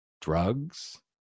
drugs